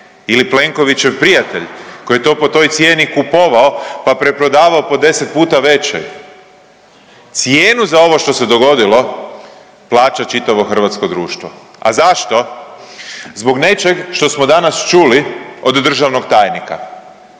ili Plenkovićev prijatelj koji je to po toj cijeni kupovao, pa preprodavao po 10 puta većoj, cijenu za ovo što se dogodilo plaća čitavo hrvatsko društvo, a zašto? Zbog nečeg što smo danas čuli od državnog tajnika,